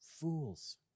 fools